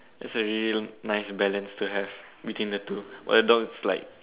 that's a really nice balance to have between the two while the dog is like